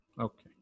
Okay